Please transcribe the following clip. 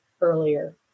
earlier